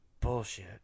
bullshit